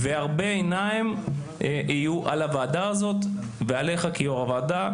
והרבה עיניים יהיו על הוועדה הזאת ועליך כיושב-ראש הוועדה.